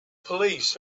police